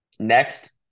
Next